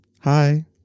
Hi